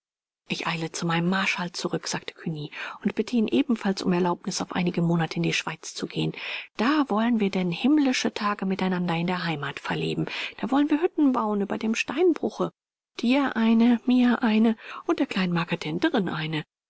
ich eile zu meinem marschall zurück sagte cugny und bitte ihn ebenfalls um erlaubnis auf einige monate in die schweiz zu gehen da wollen wir denn himmlische tage mit einander in der heimat verleben da wollen wir hütten bauen über dem steinbruche dir eine mir eine und der kleinen marketenderin eine